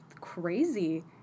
crazy